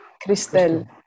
Crystal